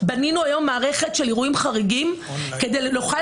בנינו היום מערכת של אירועים חריגים כדי שנוכל